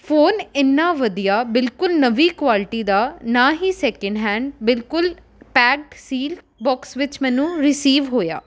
phone ਇੰਨਾ ਵਧੀਆ ਬਿਲਕੁਲ ਨਵੀਂ ਕੁਆਲਿਟੀ ਦਾ ਨਾ ਹੀ ਸੈਕਿੰਡ ਹੈਂਡ ਬਿਲਕੁਲ ਪੈਕਡ ਸੀਲ ਬੌਕਸ ਵਿੱਚ ਮੈਨੂੰ ਰੀਸਿਵ ਹੋਇਆ